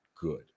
good